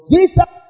Jesus